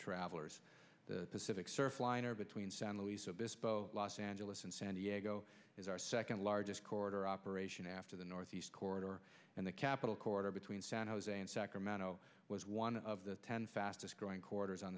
travellers the pacific surfliner between san luis obispo los angeles and san diego is our second largest corridor operation after the northeast corridor and the capital corridor between san jose and sacramento was one of the ten fastest growing quarters on